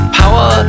power